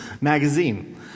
magazine